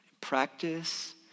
Practice